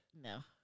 No